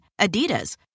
Adidas